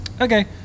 Okay